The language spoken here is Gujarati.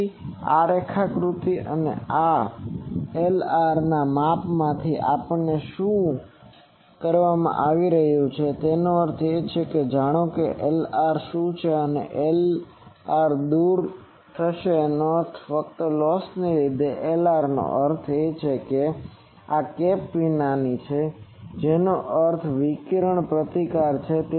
તેથી આ રેખાકૃતિ અને આ Lr ના માપમાંથી આ માપમાંથી શું કરવામાં આવી રહ્યું છે તેથી તેનો અર્થ એ કે હવે તે જાણે છે કે Lr શું છે Lr દૂર અર્થ એ છે કે ફક્ત લોસને લીધે અને Lr એનો અર્થ એ કે આ કેપ વિનાની છે જેનો અર્થ વિકિરણ પ્રતિકાર છે